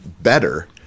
better